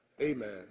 Amen